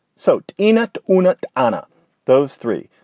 so in it or not, honor those three.